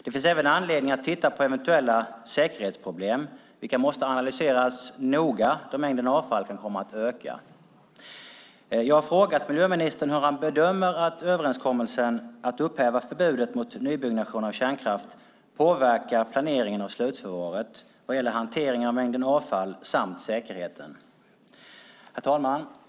Det finns även anledning att titta på eventuella säkerhetsproblem, vilka måste analyseras noga, då mängden avfall kan komma att öka. Jag har frågat miljöministern hur han bedömer att överenskommelsen om att upphäva förbudet mot nybyggnation av kärnkraft påverkar planeringen av slutförvaret vad gäller hanteringen av mängden avfall samt säkerheten. Herr talman!